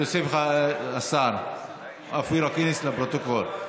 נוסיף את השר אופיר אקוניס, לפרוטוקול,